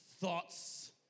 thoughts